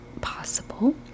possible